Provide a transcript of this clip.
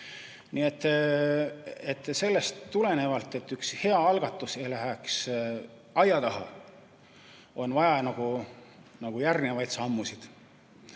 sellest tulenevalt, et üks hea algatus ei läheks aia taha, on vaja järgnevaid samme.